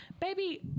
Baby